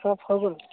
সব হৈ গ'ল